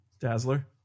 dazzler